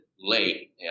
late